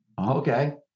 Okay